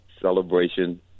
Celebration